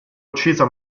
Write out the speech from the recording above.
uccisa